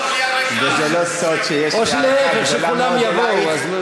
וזה לא סוד שיש לי הערכה גדולה מאוד אלייך.